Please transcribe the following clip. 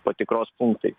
patikros punktai